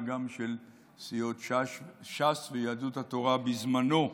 וגם של סיעות ש"ס ויהדות התורה בזמנו.